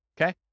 Okay